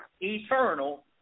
eternal